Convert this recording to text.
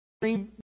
dream